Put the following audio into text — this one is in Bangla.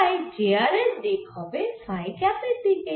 তাই j r এর দিক হবে ফাই ক্যাপের দিকে